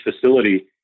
facility